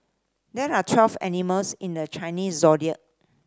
there are twelve animals in the Chinese Zodiac